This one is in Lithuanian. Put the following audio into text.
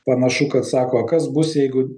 panašu kad sako kas bus jeigu